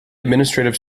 administrative